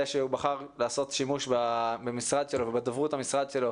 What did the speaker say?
שהוא בחר לעשות שימוש במשרד שלו ובדוברות המשרד שלו